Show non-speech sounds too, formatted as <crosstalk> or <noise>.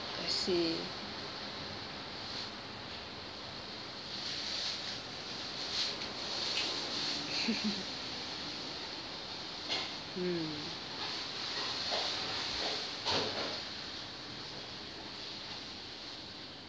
I see <laughs> mm